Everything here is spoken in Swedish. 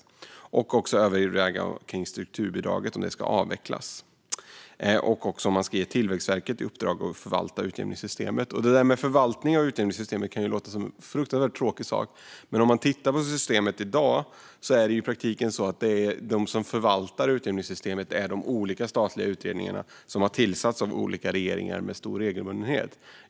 Regeringen uppmanas även att överväga om strukturbidraget ska avvecklas och om Tillväxtverket ska ges i uppdrag att förvalta utjämningssystemet. Förvaltning av utjämningssystemet kan låta som en fruktansvärt tråkig sak, men om man tittar på systemet i dag ser man att det i praktiken förvaltas av de olika statliga utredningar som med stor regelbundenhet har tillsats av olika regeringar.